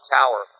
Tower